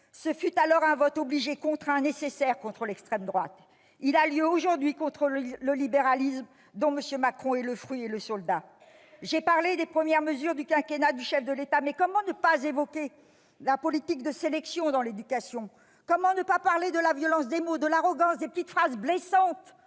Ce fut alors un vote obligé, contraint, nécessaire contre l'extrême droite. Il a lieu aujourd'hui, contre le libéralisme dont M. Macron est le fruit et le soldat. J'ai parlé des premières mesures du quinquennat du chef de l'État, mais comment ne pas évoquer la politique de sélection dans l'éducation ? Comment ne pas parler de la violence des mots, de l'arrogance, des petites phrases blessantes